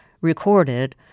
recorded